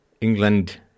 England